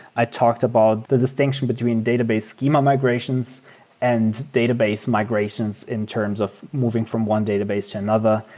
i talked about the distinction between database schema migrations and database migrations in terms of moving from one database to another.